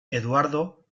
eduardo